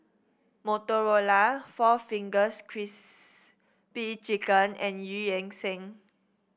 Motorola four Fingers Crispy Chicken and Eu Yan Sang